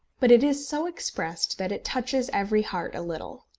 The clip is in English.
but it is so expressed that it touches every heart a little.